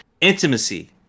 Intimacy